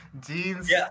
Jeans